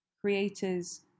creators